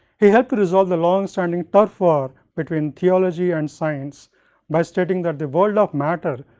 he had to resolve the long-standing turf war between theology and science by stating that the world of matter,